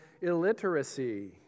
illiteracy